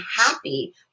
happy